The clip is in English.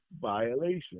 violation